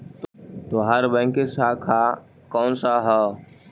तोहार बैंक की शाखा कौन सा हवअ